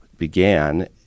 Began